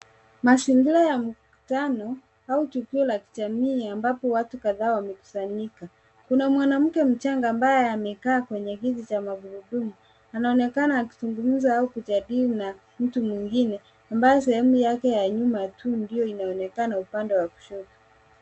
Mazingira ya mkutano au tukio la kijamii ambapo watu kadhaa wamekusanyika. Kuna mwanamke mchanga ambaye amekaa katika Kiti cha magurudumu anaonekana akizungumza na kujadili na mtu mwingine ambaye sehemu Yake ya nyuma yenye matundio inaonekana upande wa kushoto.